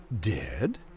Dead